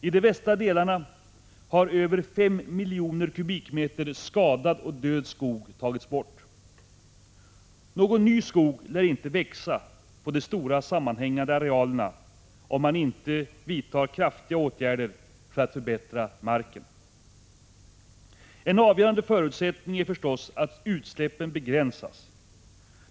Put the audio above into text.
I de västra delarna har över fem miljoner kubikmeter skadad och död skog tagits bort. Någon ny skog lär inte växa på de stora sammanhängande arealerna, om man inte vidtar mycket kraftiga åtgärder för att förbättra marken. En avgörande förutsättning är förstås att utsläppen begränsas.